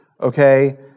okay